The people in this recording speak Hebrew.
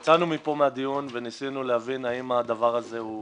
יצאנו מפה מהדיון וניסינו להבין אם הדבר הזה הוא